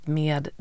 med